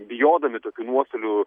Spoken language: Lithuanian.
bijodami tokių nuostolių